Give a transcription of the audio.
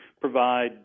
provide